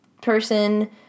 person